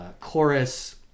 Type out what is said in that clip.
chorus